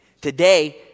Today